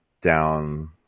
down